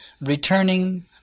returning